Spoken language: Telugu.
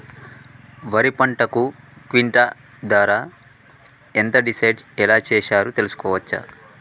వరి పంటకు క్వింటా ధర ఎంత డిసైడ్ ఎలా చేశారు తెలుసుకోవచ్చా?